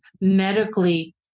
medically